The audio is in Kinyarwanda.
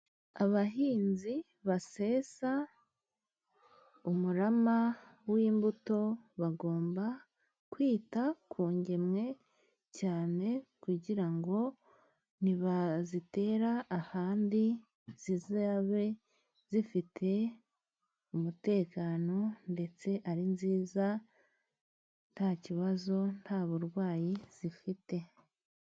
Abahinzi basesa umurama w'imbuto, bagomba kwita ku ngemwe cyane, kugira ngo nibazitera ahandi zizabe zifite umutekano, ndetse ari nziza nta kibazo, nta burwayi zifite.